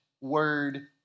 word